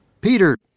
Peter